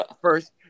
first